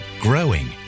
growing